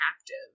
captive